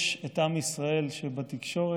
יש את עם ישראל שבתקשורת,